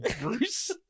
Bruce